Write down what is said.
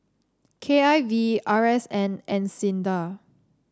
K I V R S N and SINDA